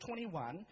21